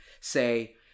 say